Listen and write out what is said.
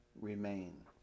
remain